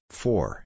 four